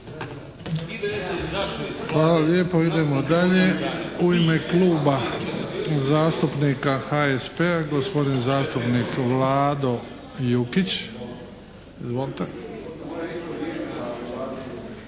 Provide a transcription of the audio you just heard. Hvala lijepo. Idemo dalje, u ime Kluba zastupnika HSP-a gospodin zastupnik Vlado Jukić. Izvolite.